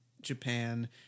Japan